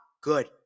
good